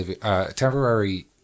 temporary